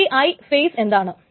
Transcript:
Ti phase എന്താണ്